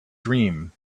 dream